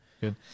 good